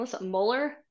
molar